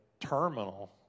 terminal